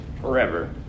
forever